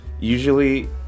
usually